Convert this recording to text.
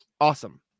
Awesome